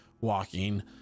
walking